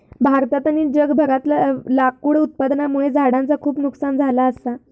भारतात आणि जगभरातला लाकूड उत्पादनामुळे झाडांचा खूप नुकसान झाला असा